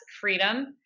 freedom